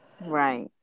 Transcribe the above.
Right